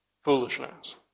Foolishness